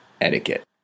etiquette